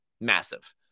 Massive